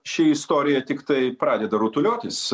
ši istorija tiktai pradeda rutuliotis